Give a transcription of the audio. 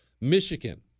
Michigan